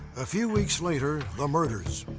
a few weeks later, the murders.